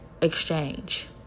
exchange